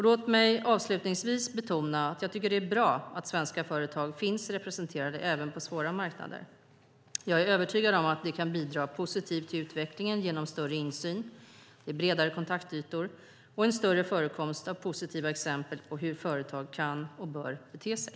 Låt mig avslutningsvis betona att jag tycker att det är bra att svenska företag finns representerade även på svåra marknader. Jag är övertygad om att det kan bidra positivt till utvecklingen genom större insyn, bredare kontaktytor och en större förekomst av positiva exempel på hur företag kan och bör bete sig.